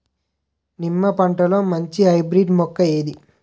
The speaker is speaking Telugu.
నిమ్మ పంటలో మంచి హైబ్రిడ్ మొక్క ఏది?